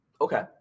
Okay